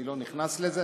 אני לא נכנס לזה,